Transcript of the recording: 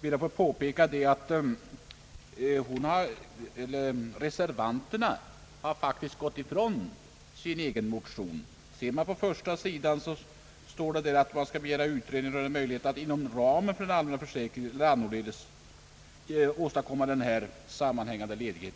ber jag att få påpeka, att reservanterna faktiskt har gått ifrån sin egen motion. Ser man på första sidan i denna står där, att man skall vidtaga utredning rörande möjligheterna att inom ramen för den allmänna försäkringen eller annorledes åstadkomma denna sammanhängande ledighet.